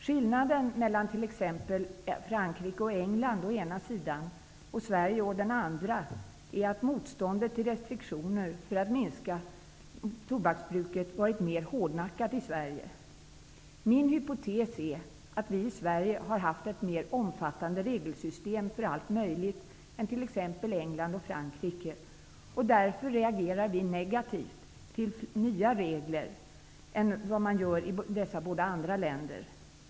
Skillnaden mellan t.ex. Frankrike och England å ena sidan och Sverige å den andra är att motståndet till restriktioner för att minska tobaksbruket varit mer hårdnackat i Sverige. Min hypotes är att vi i Sverige har haft ett mer omfattande regelsystem för allt möjligt än t.ex. England och Frankrike. Därför reagerar vi mer negativt till nya regler än vad man gör i dessa båda andra länder.